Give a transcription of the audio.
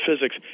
physics